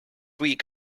week